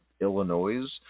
Illinois